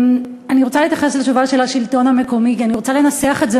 אני רוצה להתייחס לתשובה של השלטון המקומי,